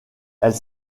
elle